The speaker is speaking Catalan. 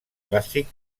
clàssic